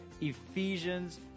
Ephesians